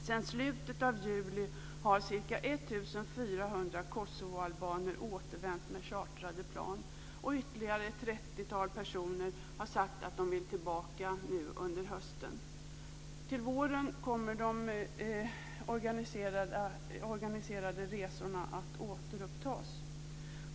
Sedan slutet av juli har ca 1 400 kosovoalbaner återvänt med chartrade plan, och ytterligare ett trettiotal personer har sagt att de vill tillbaka nu under hösten. Till våren kommer de organiserade resorna att återupptas.